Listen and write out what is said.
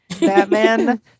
Batman